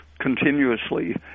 continuously